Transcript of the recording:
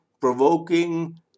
provoking